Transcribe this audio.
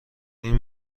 این